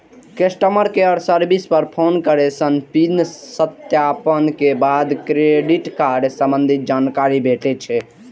customer care service पर phone करै सं पिन सत्यापन के बाद क्रेडिट कार्ड संबंधी जानकारी भेटै छै